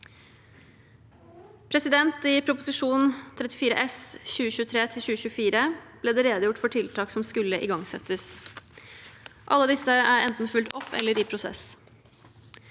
områder. I Prop. 34 S for 2023–2024 ble det redegjort for tiltak som skulle igangsettes. Alle disse er enten fulgt opp eller i prosess.